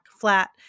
flat